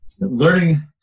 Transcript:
learning